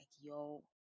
yo